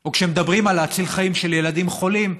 או כשמדברים על להציל חיים של ילדים חולים,